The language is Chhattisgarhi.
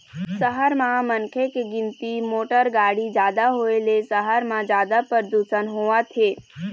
सहर म मनखे के गिनती, मोटर गाड़ी जादा होए ले सहर म जादा परदूसन होवत हे